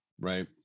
right